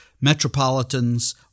metropolitans